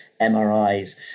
MRIs